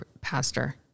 pastor